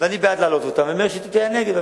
אני בעד העלאתם ומאיר שטרית היה נגד.